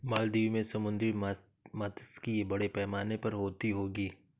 मालदीव में समुद्री मात्स्यिकी बड़े पैमाने पर होती होगी